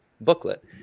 booklet